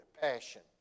passion